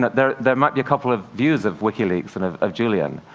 there there might be a couple of views of wikileaks and of of julian.